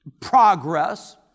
progress